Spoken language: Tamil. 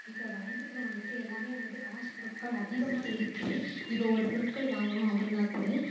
இப்போ வணிகத்தில் வந்துட்டு எல்லாமே வந்துட்டு காசு பொருட்கள் அதிகமாக இருக்குது இப்போ ஒரு பொருட்கள் வாங்கணும் அப்படின்னா கூட